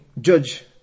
judge